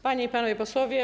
Panie i Panowie Posłowie!